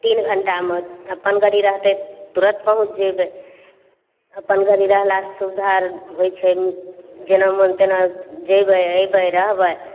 तीन घण्टामे अपन गाड़ी रहतय तुरत पहुँच जेबय अपन गाड़ी रहलासँ सुविधा आर होइ छै जेना मन तेना जेबय अइबय रहबय